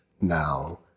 now